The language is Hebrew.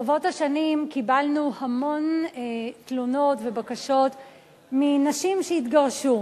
ברבות השנים קיבלנו המון תלונות ובקשות מנשים שהתגרשו,